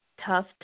tough